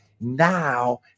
now